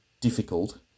difficult